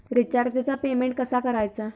रिचार्जचा पेमेंट कसा करायचा?